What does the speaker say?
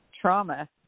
trauma